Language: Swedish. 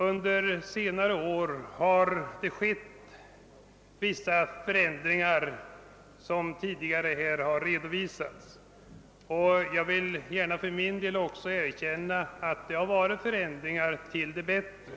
Under senare år har man gjort vissa författningsändringar, vilka tidigare har redovisats här. Jag vill för min del gärna erkänna, att det varit förändringar till det bättre.